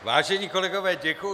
Vážení kolegové, děkuji.